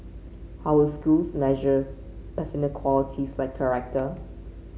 how will schools measures personal qualities like character